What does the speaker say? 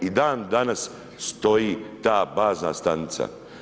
I dandanas stoji ta bazna stanica.